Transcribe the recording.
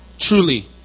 Truly